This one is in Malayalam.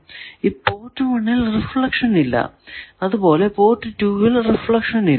ഈ പോർട്ട് 1 ൽ റിഫ്ലക്ഷൻ ഇല്ല അതുപോലെ പോർട്ട് 2 ൽ റിഫ്ലക്ഷൻ ഇല്ല